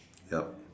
yup